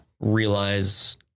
realize